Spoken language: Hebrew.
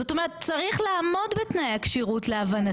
זאת אומרת צריך לעמוד בתנאי הכשירות להבנתי,